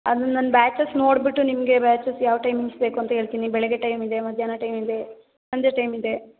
ಅದು ನನ್ನ ಬ್ಯಾಚಸ್ ನೋಡಿಬಿಟ್ಟು ನಿಮಗೆ ಬ್ಯಾಚಸ್ ಯಾವ ಟೈಮಿಂಗ್ಸ್ ಬೇಕು ಅಂತ ಹೇಳ್ತಿನಿ ಬೆಳಗ್ಗೆ ಟೈಮ್ ಇದೆ ಮಧ್ಯಾಹ್ನ ಟೈಮ್ ಇದೆ ಸಂಜೆ ಟೈಮ್ ಇದೆ